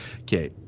okay